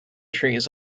trees